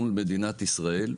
מול מדינת ישראל,